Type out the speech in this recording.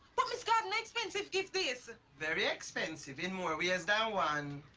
but miss gordon, an expensive gift this! very expensive, in more ways than one.